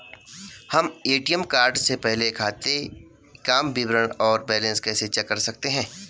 हम ATM card से अपने खाते काम विवरण और बैलेंस कैसे चेक कर सकते हैं?